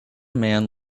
man